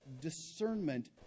discernment